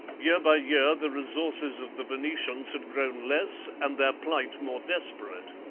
year by year the resources of the venetians had grown less and their plight more desperate.